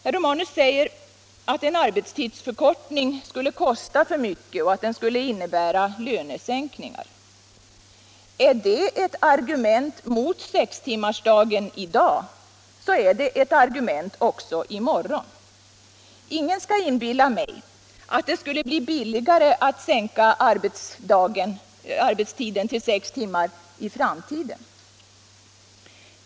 Herr Romanus säger att en arbetstidsförkortning skulle kosta för mycket och innebär lönesänkning. Är det ett argument mot sextimmarsdagen i dag så är det ett argument också i morgon. Ingen skall inbilla mig att det skulle bli billigare att sänka arbetstiden till sex timmar i framtiden.